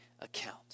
account